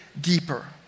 deeper